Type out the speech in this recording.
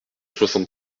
soixante